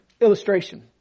Illustration